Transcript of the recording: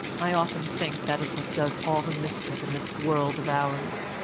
i often think that is what does all the mischief in this world of ours.